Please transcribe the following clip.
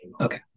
Okay